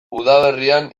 udaberrian